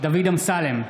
דוד אמסלם,